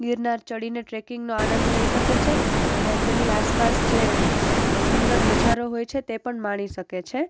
ગિરનાર ચઢીને ટ્રેકિંગનો આનંદ લઈ શકે છે અને તેની આસપાસ જે સુંદર નજારો હોય છે તે પણ માણી શકે છે